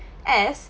as